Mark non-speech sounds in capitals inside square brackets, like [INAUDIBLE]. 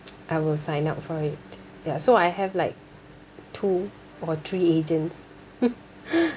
[NOISE] I will sign up for it ya so I have like two or three agents [LAUGHS]